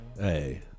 Hey